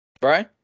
Brian